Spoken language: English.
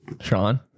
Sean